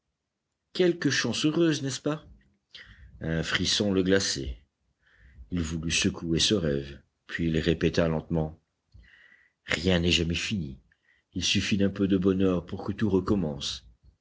quelque chance heureuse n'est-ce pas un frisson le glaçait il voulut secouer ce rêve puis il répéta lentement rien n'est jamais fini il suffit d'un peu de bonheur pour que tout recommence